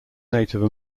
native